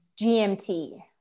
GMT